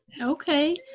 Okay